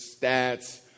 stats